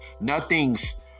nothing's